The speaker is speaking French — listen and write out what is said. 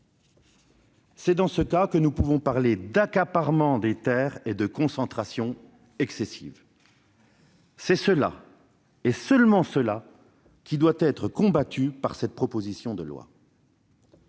C'est dans pareils cas que nous pouvons parler d'accaparement des terres et de concentration excessive. C'est cela, et seulement cela, qui doit être combattu par le biais de cette proposition de loi.